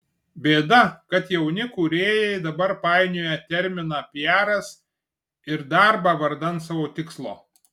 bėda kad jauni kūrėjai dabar painioja terminą piaras ir darbą vardan savo tikslo